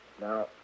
Now